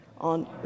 On